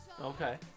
Okay